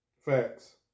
Facts